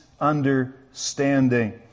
understanding